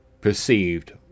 perceived